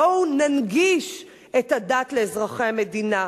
בואו ננגיש את הדת לאזרחי המדינה.